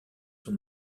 son